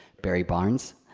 barry barnes.